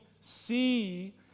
see